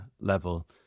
level